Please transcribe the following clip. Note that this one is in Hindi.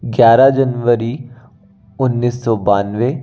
ग्यारह जनवरी उन्नीस सौ बानवे